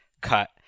cut